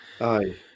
Aye